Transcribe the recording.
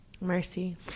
Mercy